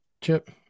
Chip